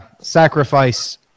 sacrifice